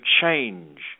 change